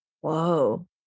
Whoa